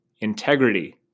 integrity